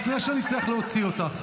לפני שאני אצטרך להוציא אותך.